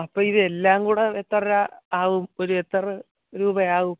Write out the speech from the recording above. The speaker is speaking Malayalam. അപ്പം ഇതെല്ലാം കൂടെ എത്ര രൂപ ആവും എത്ര രൂപ രൂപയാകും